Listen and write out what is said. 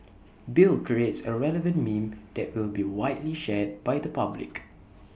bill creates A relevant meme that will be widely shared by the public